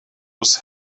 was